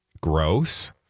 Gross